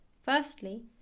Firstly